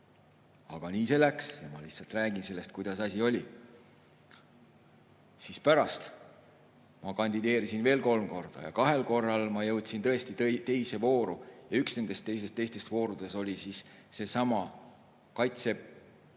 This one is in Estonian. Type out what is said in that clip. Aga nii see läks ja ma lihtsalt räägin sellest, kuidas asi oli. Pärast ma kandideerisin veel kolm korda ja kahel korral jõudsin tõesti teise vooru. Ja üks nendest teistest voorudest oli seesama